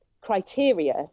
criteria